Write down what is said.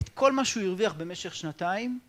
כל מה שהוא הרוויח במשך שנתיים...